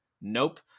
Nope